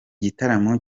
gitaramo